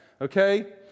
okay